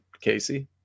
Casey